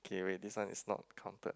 okay wait this one is not counted